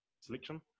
selection